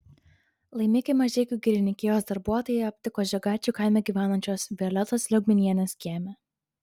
laimikį mažeikių girininkijos darbuotojai aptiko žiogaičių kaime gyvenančios violetos liaugminienės kieme